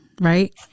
Right